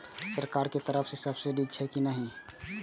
सरकार के तरफ से सब्सीडी छै कि नहिं?